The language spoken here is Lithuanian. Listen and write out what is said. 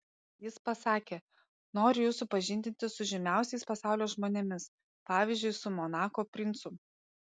jis pasakė noriu jus supažindinti su žymiausiais pasaulio žmonėmis pavyzdžiui su monako princu